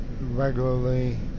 regularly